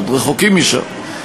עוד רחוקים משם.